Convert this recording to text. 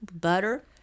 butter